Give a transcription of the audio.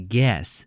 Guess